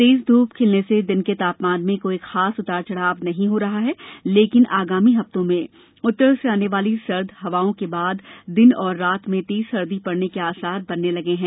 तेज धूप खिलने से दिन के तापमान में कोई खास उतार चढ़ाव नहीं हो रहा है लेकिन आगामी हफ्ते में उत्तर से आने वाली हवाओं के बाद दिन और रात में तेज सर्दी पड़ने के आसार बनने लगेगें